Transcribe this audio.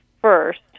first